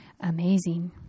amazing